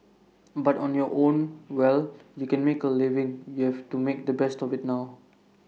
but on your own well you can make A living you have to make the best of IT now